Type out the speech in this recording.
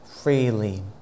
freely